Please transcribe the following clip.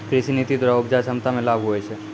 कृषि नीति द्वरा उपजा क्षमता मे लाभ हुवै छै